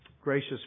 Gracious